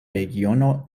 regiono